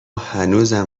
هنوزم